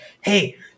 hey